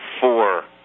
four